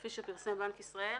כפי שפרסם בנק ישראל,